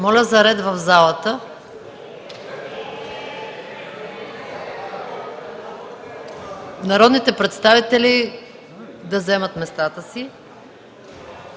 Моля за ред в залата – народните представители да заемат местата си.